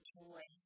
joy